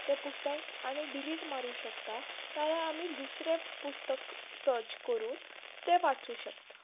तें पुस्तक आमी डिलीट मारूं शकता नाजाल्यार आमी दुसरें पुस्तक सर्च करून तें वाचूं शकता